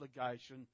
obligation